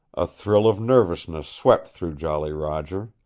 a thrill of nervousness swept through jolly roger.